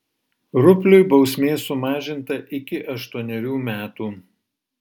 rupliui bausmė sumažinta iki aštuonerių metų